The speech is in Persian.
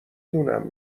دونم